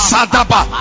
Sadaba